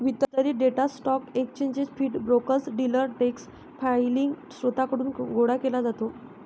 वितरित data stock exchange feed, brokers, dealer desk filing स्त्रोतांकडून गोळा केला जातो